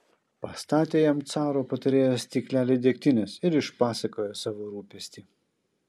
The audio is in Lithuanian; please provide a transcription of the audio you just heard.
pastatė jam caro patarėjas stiklelį degtinės ir išpasakojo savo rūpestį